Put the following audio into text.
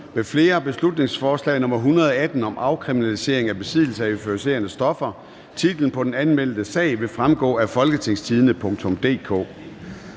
til folketingsbeslutning om afkriminalisering af besiddelse af euforiserende stoffer). Titlen på den anmeldte sag vil fremgå af www.folketingstidende.dk